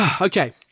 Okay